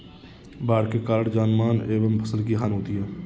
बाढ़ के कारण जानमाल एवं फसल की हानि होती है